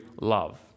love